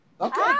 Okay